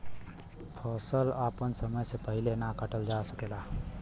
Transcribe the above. फसल आपन समय से पहिले ना काटल जा सकेला